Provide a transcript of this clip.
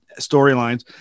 storylines